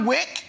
Wick